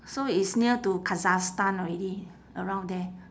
so it's near to kazakhstan already around there